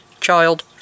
child